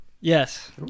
Yes